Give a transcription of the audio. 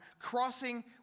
crossing